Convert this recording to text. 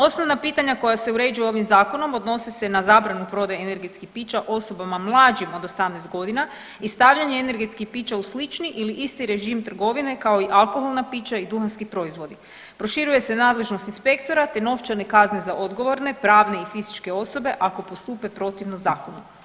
Osnovna pitanja koja se uređuju ovim zakonom odnose se na zabranu prodaje energetskih pića osobama mlađim od 18 godina i stavljanje energetskih pića u slični ili isti režim trgovine kao i alkoholna pića i duhanski proizvodi, proširuje se nadležnost inspektora te novčane kazne za odgovorne pravne i fizičke osobe ako postupe protivno zakonu.